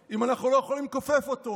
כי מה שווה החוק אם אנחנו לא יכולים לכופף אותו?